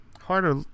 Harder